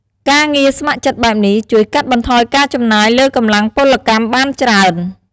ការងារស្ម័គ្រចិត្តបែបនេះ ជួយកាត់បន្ថយការចំណាយលើកម្លាំងពលកម្មបានច្រើន។